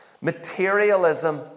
Materialism